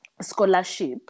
Scholarship